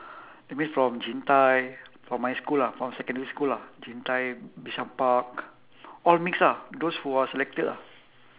that means from jin tai from my school ah from secondary school ah jin tai bishan park all mix ah those who are selected ah